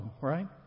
Right